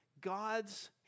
God's